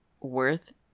worth